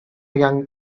young